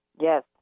Yes